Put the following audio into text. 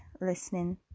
listening